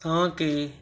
ਤਾਂ ਕਿ